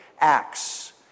Acts